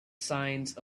signs